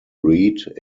reid